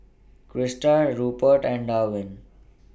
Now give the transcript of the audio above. Crysta Rupert and Darwin